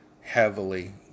heavily